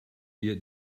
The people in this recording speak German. mir